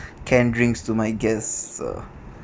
canned drinks to my guests ah